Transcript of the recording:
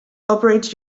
operates